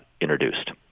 introduced